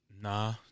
Nah